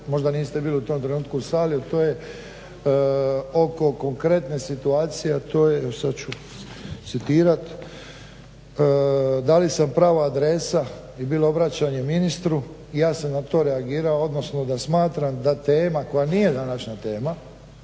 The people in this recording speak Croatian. Možda niste bili u tom trenutku u sali. To je oko konkretne situacije, a to je sad ću citirat: "da li sam prava adresa" je bilo obraćanje ministru i ja sam na to reagirao, odnosno da smatram da tema koja nije današnja tema